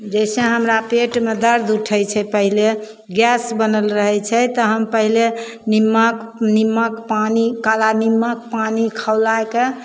जैसे हमरा पेटमे दर्द उठय छै पहिले गैस बनल रहय छै तऽ हम पहिले निमक निमक पानि काला निमक पानि खौलायके